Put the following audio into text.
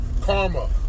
karma